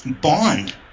bond